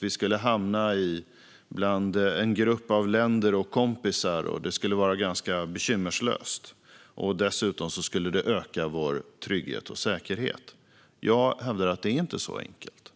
Vi skulle hamna i en grupp av länder och kompisar, och det skulle vara ganska bekymmerslöst. Dessutom skulle det öka vår trygghet och säkerhet. Jag hävdar att det inte är så enkelt.